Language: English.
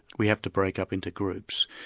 we have to break up into groups.